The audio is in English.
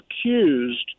accused